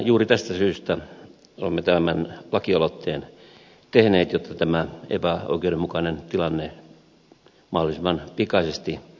juuri tästä syystä olemme tämän lakialoitteen tehneet jotta tämä epäoikeudenmukainen tilanne mahdollisimman pikaisesti korjattaisiin